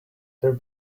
their